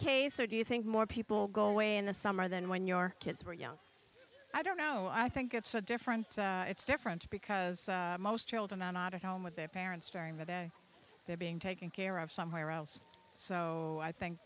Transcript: case or do you think more people go away in the summer than when your kids were young i don't know i think it's a different it's different because most children are not at home with their parents during the day they're being taken care of somewhere else so i think